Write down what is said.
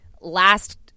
last